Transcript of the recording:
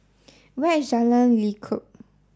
where is Jalan Lekub